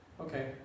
Okay